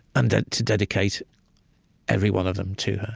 and then to dedicate every one of them to her.